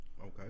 Okay